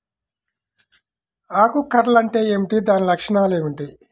ఆకు కర్ల్ అంటే ఏమిటి? దాని లక్షణాలు ఏమిటి?